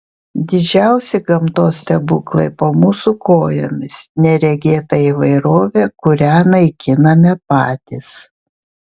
didžiausi gamtos stebuklai po mūsų kojomis neregėta įvairovė kurią naikiname patys